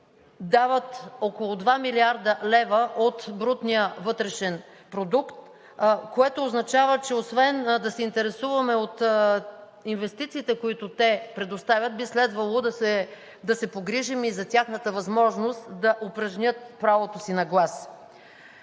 дават около 2 млрд. лв. от брутния вътрешен продукт, което означава, че освен да се интересуваме от инвестициите, които предоставят, би следвало да се погрижим и за тяхната възможност да упражнят правото си на глас.